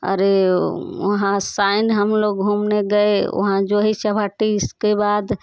अरे वहाँ साइन हम लोग घूमने गए वहाँ जो ही चौभाटी इसके बाद